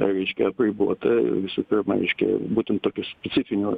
reiškia apribota visų pirma reiškia būtent tokiu specifiniu